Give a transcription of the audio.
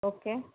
okay